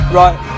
right